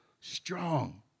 strong